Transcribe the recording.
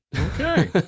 okay